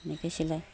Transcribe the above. এনেকৈয়ে চিলাই